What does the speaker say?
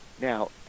now